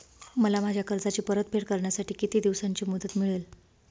मला माझ्या कर्जाची परतफेड करण्यासाठी किती दिवसांची मुदत मिळेल?